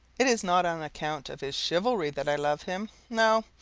it is not on account of his chivalry that i love him no,